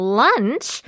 lunch